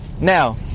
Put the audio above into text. Now